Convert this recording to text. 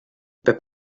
pep